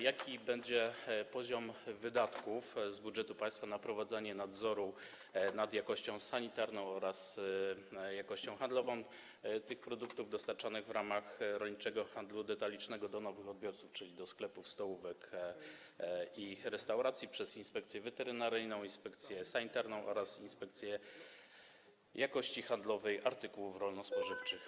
Jaki będzie poziom wydatków z budżetu państwa na prowadzenie nadzoru nad jakością sanitarną oraz jakością handlową tych produktów dostarczonych w ramach rolniczego handlu detalicznego do nowych odbiorców, czyli do sklepów, stołówek i restauracji, przez Inspekcję Weterynaryjną, inspekcję sanitarną oraz Inspekcję Jakości Handlowej Artykułów Rolno-Spożywczych?